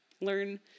Learn